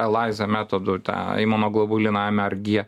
elaize metodu tą imunoglobuliną am er gie